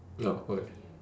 no okay